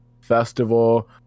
Festival